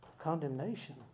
condemnation